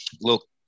Look